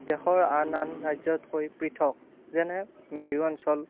দেশৰ আন আন ৰাজ্যতকৈ পৃথক যেনে মেৰু অঞ্চল